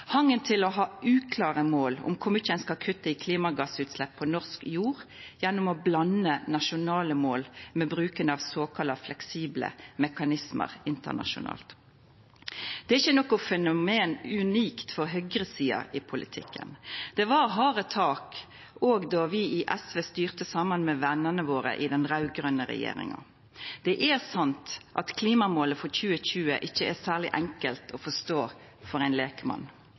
hangen til å ha uklare mål om kor mykje ein skal kutta i klimagassutslepp på norsk jord, gjennom å blanda nasjonale mål med bruken av såkalla fleksible mekanismar internasjonalt. Det er ikkje eit fenomen som er unikt for høgresida i politikken. Det var harde tak også då vi i SV styrte saman med venene våre i den raud-grøne regjeringa. Det er sant at klimamålet for 2020 ikkje er særleg enkelt å forstå for ein lekmann,